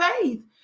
faith